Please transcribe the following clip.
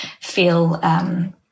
feel